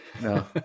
No